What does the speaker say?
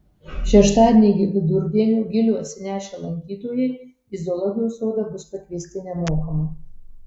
šeštadienį iki vidurdienio gilių atsinešę lankytojai į zoologijos sodą bus pakviesti nemokamai